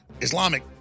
Islamic